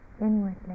inwardly